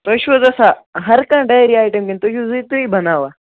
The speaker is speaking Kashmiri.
تۄہہِ چھُو حظ آسان ہَرٕ کانٛہہ ڈیری آیٹَم کِنہٕ تُہۍ چھُو حظ یُتُے بناوان